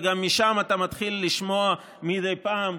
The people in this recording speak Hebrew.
וגם משם אתה מתחיל לשמוע מדי פעם,